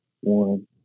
one